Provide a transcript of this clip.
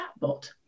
chatbot